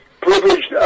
privileged